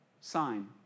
sign